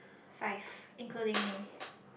five including me